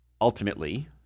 ultimately